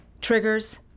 Triggers